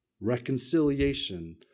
Reconciliation